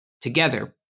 Together